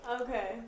Okay